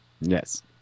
Yes